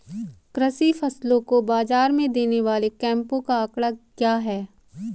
कृषि फसलों को बाज़ार में देने वाले कैंपों का आंकड़ा क्या है?